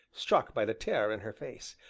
struck by the terror in her face.